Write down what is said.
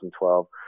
2012